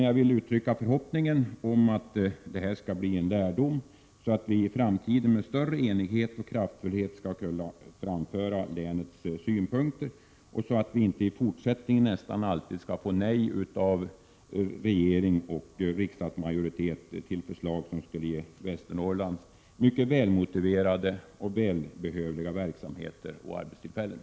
Jag vill dock uttrycka en förhoppning om att detta blir en lärdom, så att vi i framtiden med större enighet och kraftfullhet skall kunna framföra länets synpunkter. Jag hoppas alltså att det inte även i fortsättningen skall vara så, att det nästan alltid blir nej från regeringen och riksdagsmajoriteten till förslag som skulle ge Västernorrland mycket välmotiverade och välbehövliga verksamheter och arbetstillfällen.